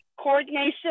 coordination